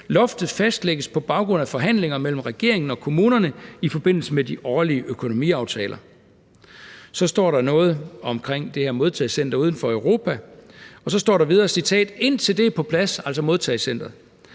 Loftet fastlægges på baggrund af forhandlinger mellem regeringen og kommunerne i forbindelse med de årlige økonomiaftaler.« Så står der noget om det her modtagecenter uden for Europa. Og så står der videre: »Indtil det er på plads,« – altså modtagecenteret